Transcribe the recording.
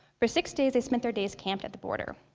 for six days they spent their days camped at the border.